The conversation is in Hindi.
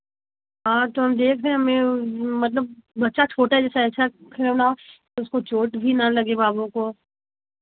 और तो हम देख रहे मैं मतलब बच्चा छोटा जैसा ऐसा खिलौना हो के उसको चोट ही ना लगे बाबू को